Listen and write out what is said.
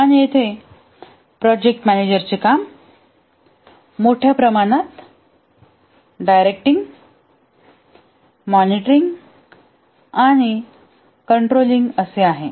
आणि येथे प्रोजेक्ट मॅनेजरचे काम मोठ्या प्रमाणात डिरेक्टइंग आणि मॉनिटरिंग आणि कंन्ट्रोलिंग आहे